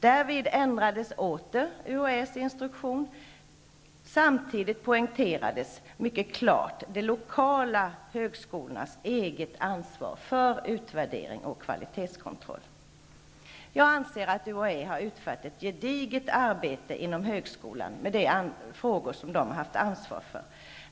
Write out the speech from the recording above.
Därvid ändrades åter UHÄ:s instruktion. Samtidigt poängterades mycket klart de lokala högskolornas eget ansvar för utvärdering och kvalitetskontroll. Jag anser att UHÄ har utfört ett gediget arbete inom högskolan då det gäller de frågor som UHÄ har haft ansvar för.